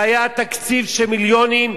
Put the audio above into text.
והיה תקציב של מיליונים,